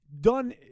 done